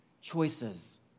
choices